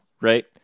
right